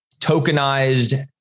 tokenized